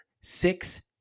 Six